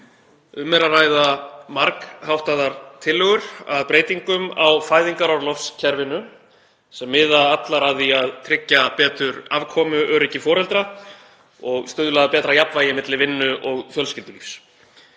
Um er að ræða margháttaðar tillögur að breytingum á fæðingarorlofskerfinu sem miða allar að því að tryggja betur afkomuöryggi foreldra og stuðla að betra jafnvægi milli vinnu og fjölskyldulífs.